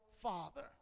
father